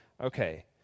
Okay